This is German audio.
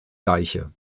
deiche